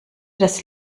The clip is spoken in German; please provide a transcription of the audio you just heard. das